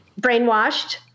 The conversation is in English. brainwashed